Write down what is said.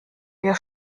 wir